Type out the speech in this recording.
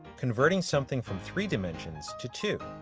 converting something from three-dimensions to two.